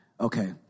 okay